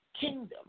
Kingdom